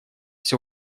все